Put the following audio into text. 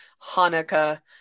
Hanukkah